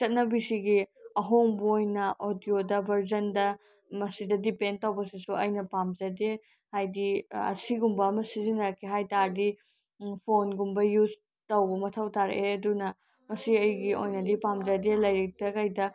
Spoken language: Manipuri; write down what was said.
ꯆꯠꯅꯕꯤꯁꯤꯒꯤ ꯑꯍꯣꯡꯕ ꯑꯣꯏꯅ ꯑꯣꯗꯤꯑꯣꯗ ꯕꯔꯖꯟꯗ ꯃꯁꯤꯗ ꯗꯤꯄꯦꯟ ꯇꯧꯕꯁꯤꯁꯨ ꯑꯩꯅ ꯄꯥꯝꯖꯗꯦ ꯍꯥꯏꯗꯤ ꯑꯁꯤꯒꯨꯝꯕ ꯑꯃ ꯁꯤꯖꯤꯟꯅꯒꯦ ꯍꯥꯏ ꯇꯥꯔꯗꯤ ꯐꯣꯟꯒꯨꯝꯕ ꯌꯨꯖ ꯇꯧꯕ ꯃꯊꯧ ꯇꯥꯔꯛꯑꯦ ꯑꯗꯨꯅ ꯃꯁꯤ ꯑꯩꯒꯤ ꯑꯣꯏꯅꯗꯤ ꯄꯥꯝꯖꯗꯦ ꯂꯥꯏꯔꯤꯛꯇ ꯀꯩꯗ